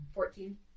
Fourteen